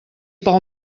pel